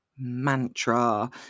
mantra